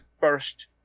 first